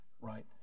right